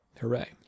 hooray